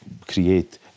create